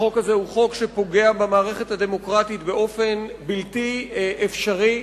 החוק הזה הוא חוק שפוגע במערכת הדמוקרטית באופן בלתי אפשרי,